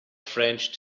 french